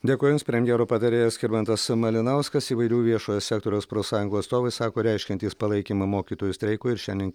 dėkui jums premjero patarėjas skirmantas malinauskas įvairių viešojo sektoriaus profsąjungų atstovai sako reiškiantys palaikymą mokytojų streikui ir šiandien